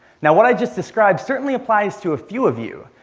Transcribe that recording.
now, what i just described, certainly applies to a few of you.